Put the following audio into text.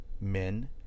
men